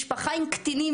משפחה עם קטינים,